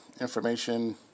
information